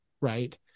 right